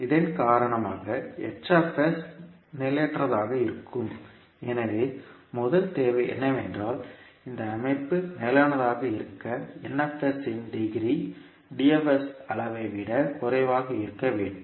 இதன் காரணமாக நிலையற்றதாக இருக்கும் எனவே முதல் தேவை என்னவென்றால் இந்த அமைப்பு நிலையானதாக இருக்க இன் டிகிரி அளவை விட குறைவாக இருக்க வேண்டும்